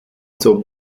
zur